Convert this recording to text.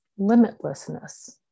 limitlessness